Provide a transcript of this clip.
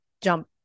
Jump